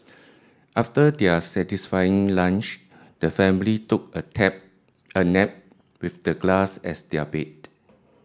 after their satisfying lunch the family took a tap a nap with the grass as their bed